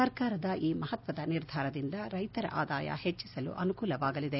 ಸರ್ಕಾರದ ಈ ಮಹತ್ವದ ನಿರ್ಧಾರದಿಂದ ರೈತರ ಆದಾಯ ಹೆಚ್ಚಲು ಅನುಕೂಲವಾಗಲಿದೆ